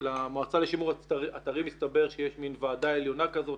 מסתבר שלמועצה לשימור אתרים יש מן ועדה עליונה כזאת